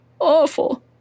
Awful